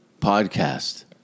Podcast